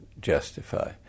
justify